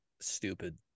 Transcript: stupid